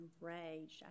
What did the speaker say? enraged